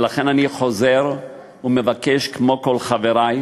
ולכן אני חוזר ומבקש, כמו כל חברי,